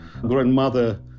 grandmother